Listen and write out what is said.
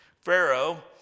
Pharaoh